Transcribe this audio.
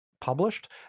published